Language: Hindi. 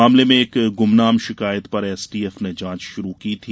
मामले में एक गुमनाम शिकायत पर एसटीएफ ने जांच शुरू की थी